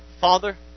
Father